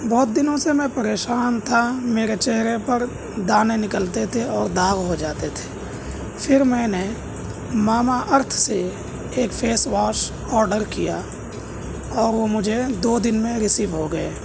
بہت دنوں سے میں پریشان تھا میرے چہرے پر دانے نکلتے تھے اور داغ ہو جاتے تھے پھر میں نے ماما ارتھ سے ایک فیس واش آڈر کیا اور وہ مجھے دو دن میں رسیو ہو گئے